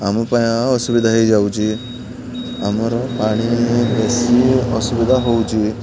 ଆମ ପାଇଁ ଆଉ ଅସୁବିଧା ହେଇଯାଉଛି ଆମର ପାଣି ବେଶି ଅସୁବିଧା ହଉଛି